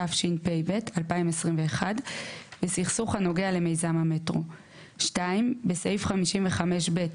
התשפ"ב 2021 ,בסכסוך הנוגע למיזם המטרו" ; (2) בסעיף 55ב,